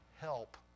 help